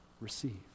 receive